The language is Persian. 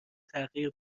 تغییر